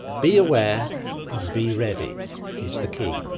be aware and be ready is the key!